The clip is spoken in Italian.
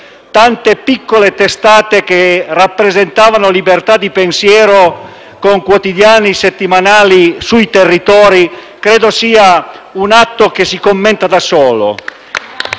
tante piccole testate che rappresentavano libertà di pensiero, con quotidiani settimanali sui territori, credo sia un atto che si commenta da solo.